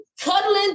cuddling